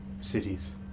cities